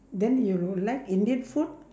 then you like indian food